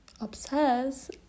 obsess